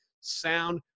sound